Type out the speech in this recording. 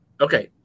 Okay